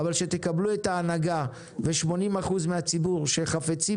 אבל כשתקבלו את ההנהגה ואת 80% מהציבור שחפצים